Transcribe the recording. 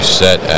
set